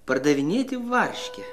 pardavinėti varškę